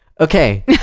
Okay